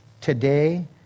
today